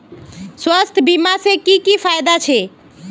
स्वास्थ्य बीमा से की की फायदा छे?